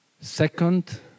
second